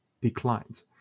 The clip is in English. declined